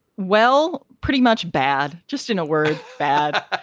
well, pretty much bad. just in a word, bad.